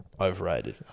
Overrated